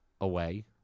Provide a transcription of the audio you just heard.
away